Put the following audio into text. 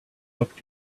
looked